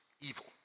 evil